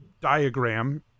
diagram